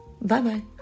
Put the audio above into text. Bye-bye